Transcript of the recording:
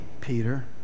Peter